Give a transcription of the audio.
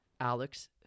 Alex